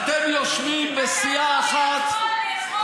אלפים, כולם, בושה גזענית.